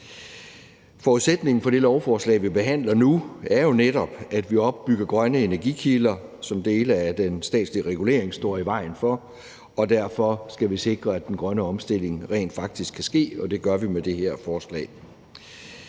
Forudsætningen for det lovforslag, vi behandler nu, er jo netop, at vi opbygger grønne energikilder, hvad dele af den statslige regulering står i vejen for, og derfor skal vi sikre, at den grønne omstilling rent faktisk kan ske, og det gør vi med det her forslag.